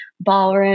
ballroom